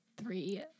three